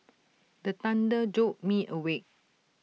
the thunder jolt me awake